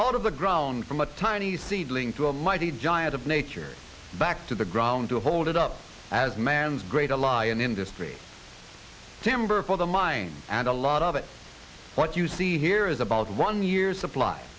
of the ground from a tiny seedling to a mighty giant of nature back to the ground to hold it up as man's great a lion in the streets timber for the mind and a lot of it what you see here is about one year's supply